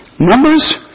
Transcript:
Numbers